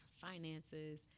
finances